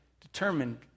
determined